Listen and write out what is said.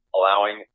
allowing